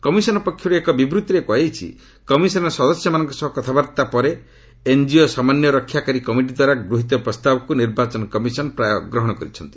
commission ପକ୍ଷରୁ ଏକ ବିବୃତ୍ତିରେ କୁହାଯାଇଛି କମିଶନ୍ ର ସଦସ୍ୟମାନଙ୍କ ସହ କଥାବାର୍ତ୍ତା ପରେ ଏନ୍ଜିଓ ସମନ୍ୱୟ ରକ୍ଷାକାରୀ କମିଟିଦ୍ୱାରା ଗୃହୀତ ପ୍ରସ୍ତାବକୁ ନିର୍ବାଚନ କମିଶନ୍ ପ୍ରାୟ ଗ୍ରହଣ କରିଛନ୍ତି